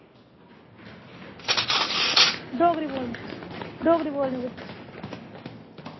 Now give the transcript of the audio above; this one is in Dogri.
डोगरी बोल डोगरी बोलने